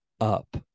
up